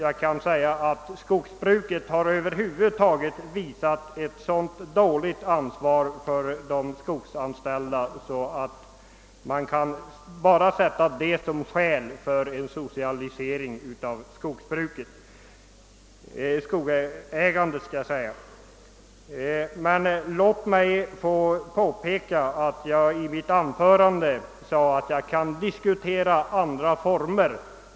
Jag anser att det privata skogsbruket har över huvud taget visat ett så dåligt ansvar för de skogsanställda, att enbart den omständigheten kan åberopas som ett skäl för socialisering av skogsägandet. Låt mig emellertid påpeka att jag i mitt förra anförande framhöll, att jag kan diskutera även andra former.